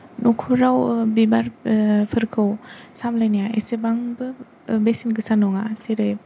नखराव बिबार फोरखौ सामलायनाया एसेबांबो बेसेनगोसा नङा जेरै